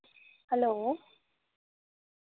hello